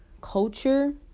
culture